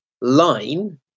line